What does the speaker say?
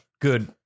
Good